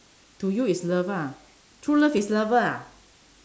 to you is lover ah true love is lover